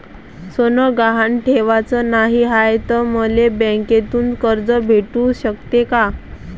सोनं गहान ठेवाच नाही हाय, त मले बँकेतून कर्ज भेटू शकते का?